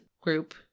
group